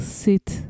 sit